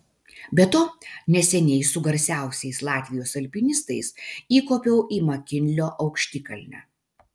be to neseniai su garsiausiais latvijos alpinistais įkopiau į makinlio aukštikalnę